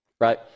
right